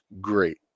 great